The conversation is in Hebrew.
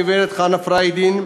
הגברת חנה פריידין,